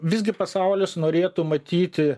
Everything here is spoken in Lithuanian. visgi pasaulis norėtų matyti